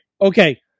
okay